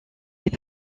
est